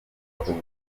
ubuzima